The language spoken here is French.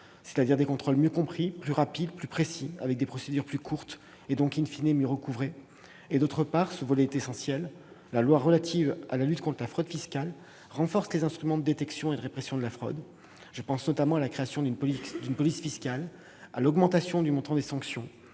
c'est-à-dire des contrôles mieux compris, plus rapides, plus précis, avec des procédures courtes, et donc de meilleurs recouvrements ; d'autre part- ce volet est essentiel -, la loi relative à la lutte contre la fraude fiscale renforce les instruments de détection et de répréhension de la fraude. Je pense notamment à la création d'une police fiscale, à l'augmentation du montant des sanctions,